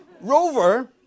Rover